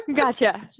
gotcha